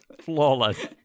flawless